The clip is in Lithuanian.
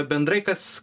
bendrai kas